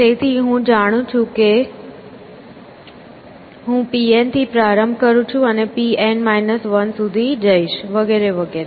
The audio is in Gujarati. તેથી હું જાણું છું કે હું Pn થી પ્રારંભ કરું છું અને Pn 1 સુધી જઈશ વગેરે વગેરે